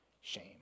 shame